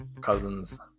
Cousins